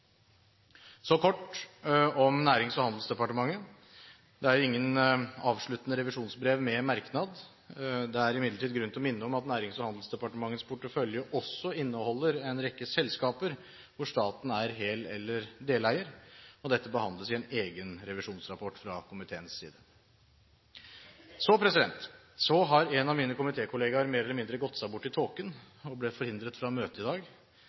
Kort om Nærings- og handelsdepartementet: Det er ingen avsluttende revisjonsbrev med merknad. Det er imidlertid grunn til å minne om at Nærings- og handelsdepartementets portefølje også inneholder en rekke selskaper hvor staten er hel- eller deleier. Dette behandles i en egen revisjonsrapport fra komiteens side. Så har en av mine komitékollegaer mer eller mindre gått seg bort i tåken og blitt forhindret fra å møte i dag.